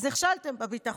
אז נכשלתם בביטחון.